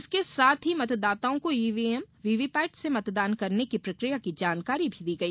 इसके साथ ही मतदाताओं को ईवीएम वीवीपैट से मतदान करने की प्रकिया की जानकारी भी दी गई